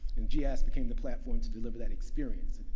and gis became the platform to deliver that experience.